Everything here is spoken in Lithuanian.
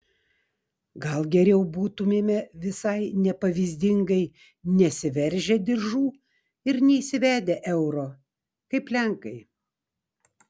gal geriau būtumėme visai nepavyzdingai nesiveržę diržų ir neįsivedę euro kaip lenkai